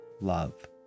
love